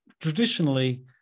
traditionally